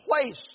place